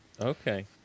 Okay